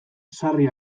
sarri